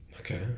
Okay